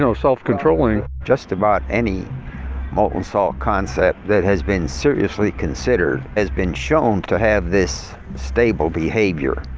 so self controlling. just about any molten salt concept that has been seriously considered has been shown to have this stable behavior.